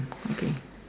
okay